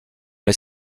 les